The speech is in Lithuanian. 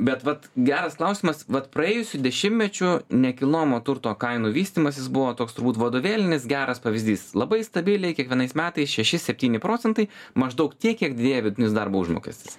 bet vat geras klausimas vat praėjusių dešimtmečių nekilnojamo turto kainų vystymasis buvo toks turbūt vadovėlinis geras pavyzdys labai stabiliai kiekvienais metais šeši septyni procentai maždaug tiek kiek didėja vidutinis darbo užmokestis